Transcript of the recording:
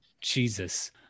jesus